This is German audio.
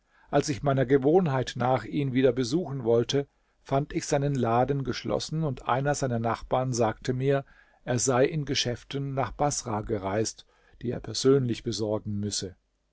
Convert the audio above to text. als ich meiner gewohnheit nach ihn wieder besuchen wollte fand ich seinen laden geschlossen und einer seiner nachbarn sagte mir er sei in geschäften nach baßrah gereist die er persönlich besorgen müsse